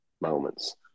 moments